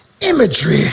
imagery